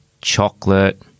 chocolate